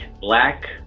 black